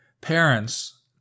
Parents